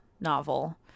novel